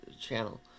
channel